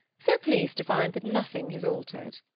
so pleased to find that nothing has altered!